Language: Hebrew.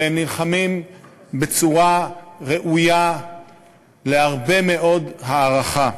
והם נלחמים בצורה ראויה להרבה מאוד הערכה.